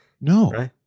No